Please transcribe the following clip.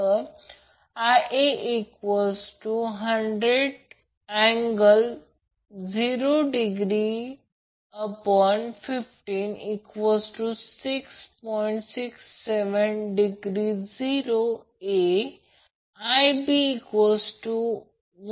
तर ml मग ही म्हणजे मध्य बाजू आहे ही लोड बाजू C आणि V कधीकधी असे लिहितो परंतु खूप उच्च रेजिस्टन्समध्ये